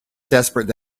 desperate